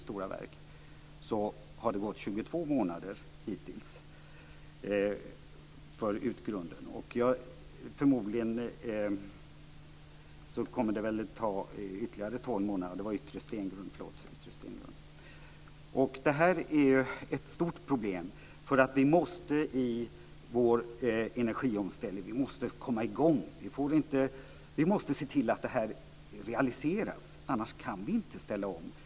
För Yttre Stengrund har det hittills gått 22 månader, och förmodligen kommer det att ta ytterligare Det här är ett stort problem, för vi måste komma i gång med vår energiomställning. Vi måste se till att det här realiseras. Annars kan vi inte ställa om.